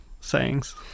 sayings